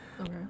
Okay